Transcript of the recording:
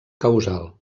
causal